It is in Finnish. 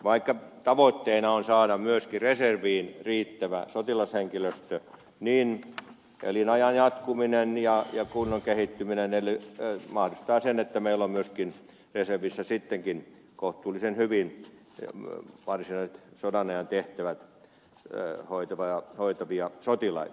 vaikka tavoitteena on saada myöskin reserviin riittävä sotilashenkilöstö niin elinajan piteneminen ja kunnon kehittyminen mahdollistavat sen että meillä on myöskin reservissä sittenkin kohtuullisen hyvin varsinaiset sodanajan tehtävät hoitavia sotilaita